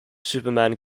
superman